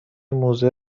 موزه